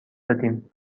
دادیم